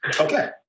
Okay